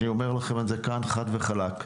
ואני אומר לכם את זה כאן חד וחלק.